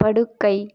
படுக்கை